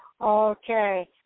Okay